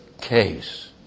case